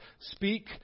Speak